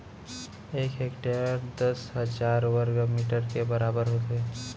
एक हेक्टर दस हजार वर्ग मीटर के बराबर होथे